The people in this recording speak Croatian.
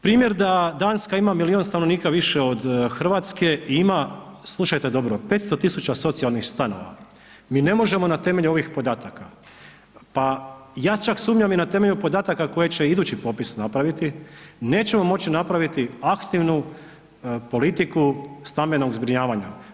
Primjer da Danska ima milijun stanovnika više od Hrvatske i ima, slušajte dobro 500.000 socijalnih stanova, mi ne možemo na temelju ovih podataka, pa ja čak sumnjam i na temelju podataka koje će idući popis napraviti, nećemo moći napraviti aktivnu politiku stambenog zbrinjavanja.